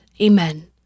Amen